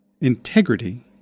Integrity